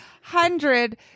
hundred